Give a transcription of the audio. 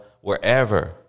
wherever